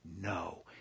No